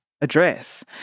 address